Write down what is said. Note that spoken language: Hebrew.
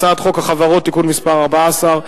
הצעת חוק החברות (תיקון מס' 14)